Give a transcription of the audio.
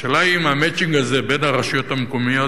השאלה היא אם ה"מצ'ינג" הזה בין הרשויות המקומיות